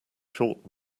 short